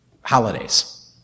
holidays